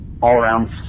all-around